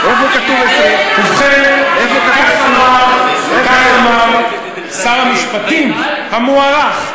ובכן, כך אמר שר המשפטים המוערך,